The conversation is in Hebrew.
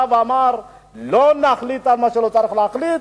בא ואמר: לא נחליט על מה שלא צריך להחליט,